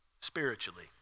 spiritually